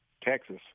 Texas